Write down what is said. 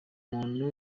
muntu